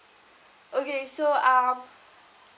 okay so um